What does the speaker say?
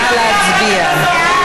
נא להצביע.